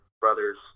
brothers